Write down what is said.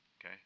okay